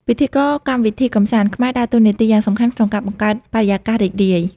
ពិធីករកម្មវិធីកម្សាន្ត ខ្មែរដើរតួនាទីយ៉ាងសំខាន់ក្នុងការបង្កើតបរិយាកាសរីករាយ។